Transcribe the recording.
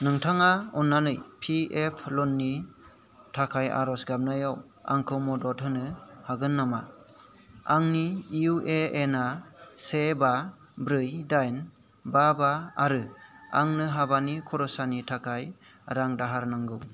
नोंथाङा अननानै P F लननि थाखाय आर'ज गाबनायाव आंखौ मदद होनो हागोन नामा आंनि इउ ए एन आ से बा ब्रै दाइन बा बा आरो आंनो हाबानि खर'सानि थाखाय रां दाहार नांगौ